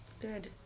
good